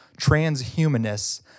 transhumanists